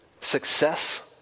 success